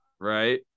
right